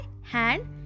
hand